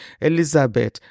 Elizabeth